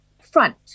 front